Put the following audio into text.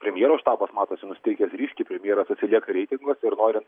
premjero štabas matosi nusiteikęs ryškiai premjeras atsilieka reitinguose ir norint